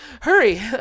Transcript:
hurry